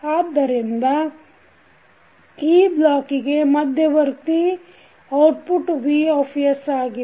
ಆದ್ದರಿಂದ ಈ ಬ್ಲಾಕಿಗೆ ಮಧ್ಯವರ್ತಿ ಔಟ್ ಪುಟ್Vಆಗಿದೆ